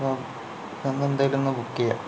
അപ്പോൾ ഇന്ന് എന്തായാലും ഇന്ന് ബുക്ക് ചെയ്യാം